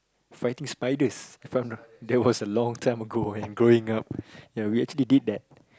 fighting spiders that was a long time ago when growing up ya we actually did that